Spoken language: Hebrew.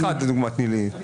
תני לי אחד לדוגמה.